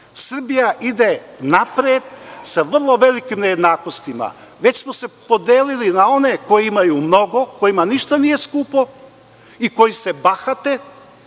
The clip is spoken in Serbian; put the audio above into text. Srbija ide napred sa vrlo velikim nejednakostima. Već smo se podelili na one koji imaju mnogo, kojima ništa nije skupo i koji se bahate